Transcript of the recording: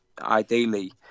ideally